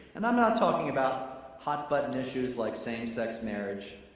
and i'm not talking about hot button issues like same sex marriage.